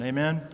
Amen